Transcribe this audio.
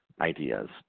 ideas